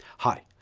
hi!